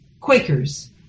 Quakers